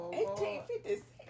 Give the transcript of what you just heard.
1856